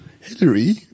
Hillary